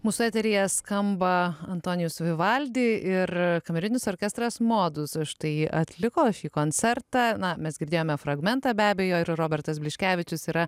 mūsų eteryje skamba antonijus vivaldi ir kamerinis orkestras modus štai atliko šį koncertą na mes girdėjome fragmentą be abejo ir robertas bliškevičius yra